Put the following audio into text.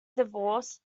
divorce